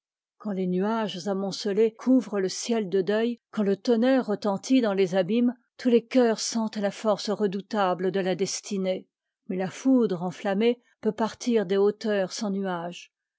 quand les nua ges'amonce és couvrent le ciel de deuil quand le tonnerre retentit dans les abîmes tous les cœurs sentent la force redoutable de la destinée mais la foudre enflammée peut partir des hauteurs sans nuages